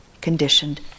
conditioned